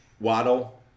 Waddle